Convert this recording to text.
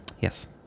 Yes